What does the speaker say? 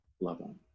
level